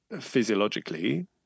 physiologically